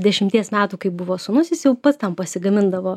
dešimties metų kai buvo sūnus jis jau pats tam pasigamindavo